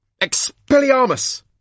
Expelliarmus